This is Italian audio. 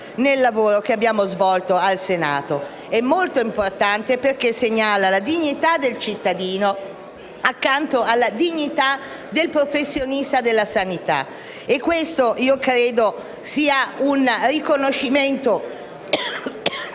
nel lavoro che abbiamo svolto al Senato. È molto importante perché segnala la dignità del cittadino accanto alla dignità del professionista della sanità. Credo che questo sia un riconoscimento